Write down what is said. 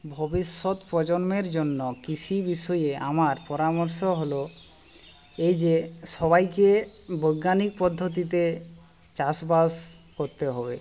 ভবিষ্যৎ প্রজন্মের জন্য কৃষি বিষয়ে আমার পরামর্শ হলো এই যে সবাইকে বৈজ্ঞানিক পদ্ধতিতে চাষবাস করতে হবে